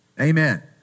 Amen